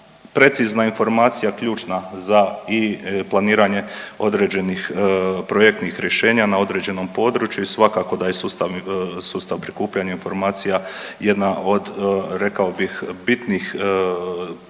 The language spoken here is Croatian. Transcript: precizna informacija ključna za i planiranje određenih projektnih rješenja na određenom području i svakako da je sustav prikupljanja informacija jedna od, rekao bih bitnih područja